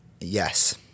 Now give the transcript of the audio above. Yes